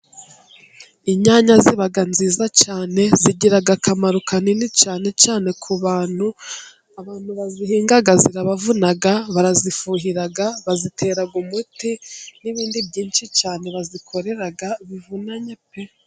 Inyanya ziba nziza cyane, zigira akamaro kanini cyane cyane ku bantu, abantu bazihinga zirabavuna, barazifumbira bazitera umuti n'ibindi byinshi cyane bazikorera bivunanye pe!